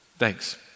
thanks